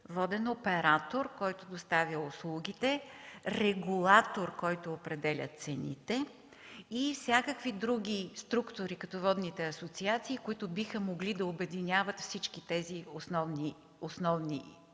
воден оператор (който доставя услугите) – регулатор (който определя цени) и всякакви други структури като водните асоциации”, които биха могли да обединяват тези основни действащи